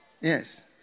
Yes